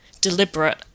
deliberate